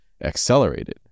accelerated